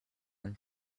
one